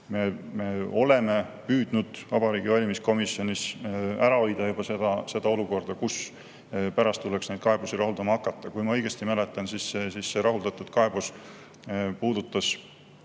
me oleme püüdnud Vabariigi Valimiskomisjonis ära hoida seda olukorda, kus pärast tuleks neid kaebusi rahuldama hakata. Kui ma õigesti mäletan, siis see rahuldatud kaebus puudutas